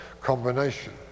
combination